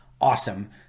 awesome